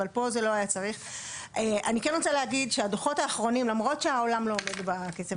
אבל פה לא היה צורך למרות שהעולם לא עומד בקצב.